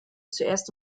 zuerst